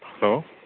hello